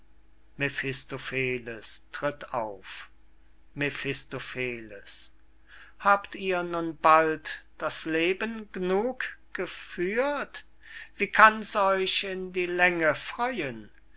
mephistopheles tritt auf mephistopheles habt ihr nun bald das leben g'nug geführt wie kann's euch in die länge freuen